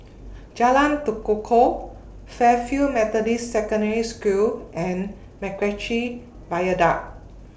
Jalan Tekukor Fairfield Methodist Secondary School and Macritchie Viaduct